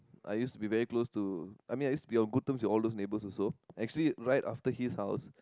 I used to be very close to I mean it's be a good term to all those neighbor also actually right after his house